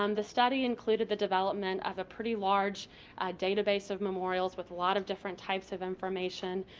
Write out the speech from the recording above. um the study included the development of a pretty large database of memorials with a lot of different types of information.